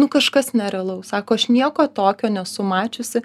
nu kažkas nerealaus sako aš nieko tokio nesu mačiusi